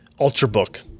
ultrabook